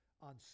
on